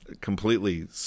completely